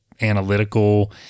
analytical